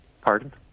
Pardon